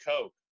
coke